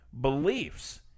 beliefs